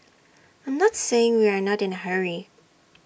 I'm not saying we are not in A hurry